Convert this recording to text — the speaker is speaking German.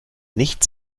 nichts